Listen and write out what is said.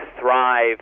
thrive